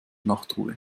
nachtruhe